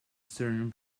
certain